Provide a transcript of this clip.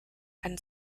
and